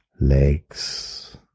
legs